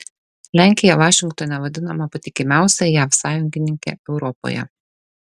lenkija vašingtone vadinama patikimiausia jav sąjungininke europoje